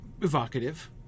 evocative